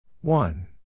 one